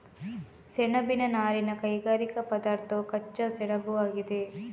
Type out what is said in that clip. ಸೆಣಬಿನ ನಾರಿನ ಕೈಗಾರಿಕಾ ಪದಾರ್ಥವು ಕಚ್ಚಾ ಸೆಣಬುಆಗಿದೆ